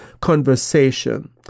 conversation